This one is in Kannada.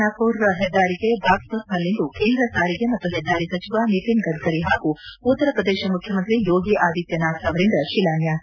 ದೆಹಲಿ ಸಹರಾನ್ಮರ್ ಹೆದ್ದಾರಿಗೆ ಬಾಗ್ವತ್ನಲ್ಲಿಂದು ಕೇಂದ್ರ ಸಾರಿಗೆ ಮತ್ತು ಹೆದ್ದಾರಿ ಸಚಿವ ನಿತಿನ್ ಗಡ್ಡರಿ ಹಾಗೂ ಉತ್ತರಪ್ರದೇಶ ಮುಖ್ಯಮಂತ್ರಿ ಯೋಗಿ ಆದಿತ್ಲನಾಥ್ ಅವರಿಂದ ಶಿಲಾನ್ಲಾಸ